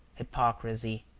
hypocrisy,